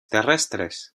terrestres